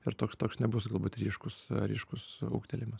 ir toks toks toks nebus labai ryškus ryškus ūgtelėjimas